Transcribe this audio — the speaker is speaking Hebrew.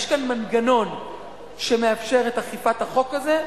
יש כאן מנגנון שמאפשר את אכיפת החוק הזה,